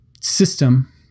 system